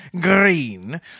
green